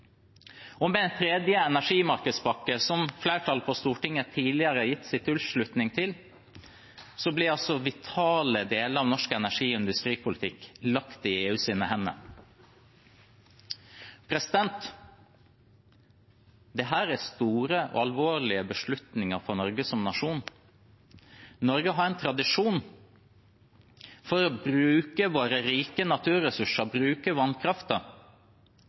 blir altså vitale deler av norsk energi- og industripolitikk lagt i EUs hender. Dette er store og alvorlige beslutninger for Norge som nasjon. Norge har tradisjon for å bruke våre rike naturressurser,